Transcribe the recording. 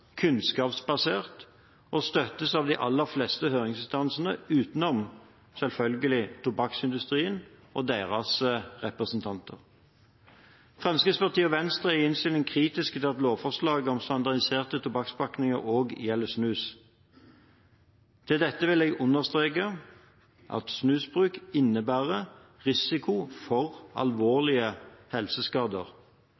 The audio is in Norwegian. kunnskapsbasert og støttes av de aller fleste høringsinstansene utenom – selvfølgelig – tobakksindustrien og dens representanter. Fremskrittspartiet og Venstre er i innstillingen kritiske til at lovforslaget om standardiserte tobakkspakninger også gjelder snus. Til dette vil jeg understreke at snusbruk innebærer en risiko for